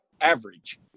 average